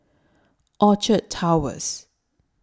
Orchard Towers